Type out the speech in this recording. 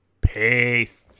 peace